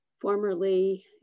formerly